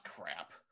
crap